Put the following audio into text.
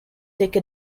take